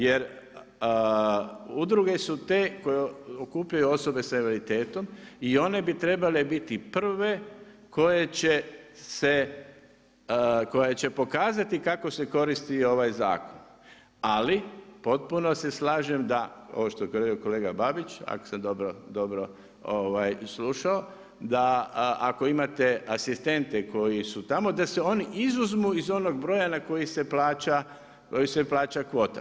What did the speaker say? Jer, udruge su te koje okupljaju osobe s invaliditetom i one bi trebale biti prve koje će se, koja će pokazati kako se koristi ovaj zakon, ali potpuno se slažem, da ovo što je kolega Babić, ako sam dobro slušao, da ako imate asistente, koji su tamo, da se oni izuzmu iz onog broja na koji se plaća kvota.